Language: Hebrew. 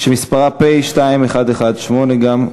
מס' פ/2118, גם היא